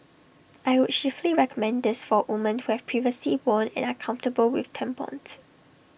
I would chiefly recommend this for women who have previously worn and are comfortable with tampons